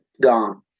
gone